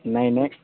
नेईं नेईं